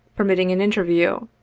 permitting an interview,